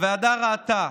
הוועדה ראתה,